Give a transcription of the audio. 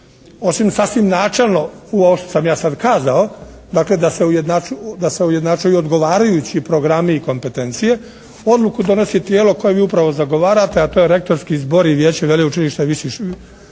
Osim sasvim načelno u ovom što sam ja sad kazao dakle da se ujednačuju odgovarajući programi i kompetencije. Odluku donosi tijelo koje vi upravo zagovarate, a to je rektorski zbor i vijeće veleučilišta i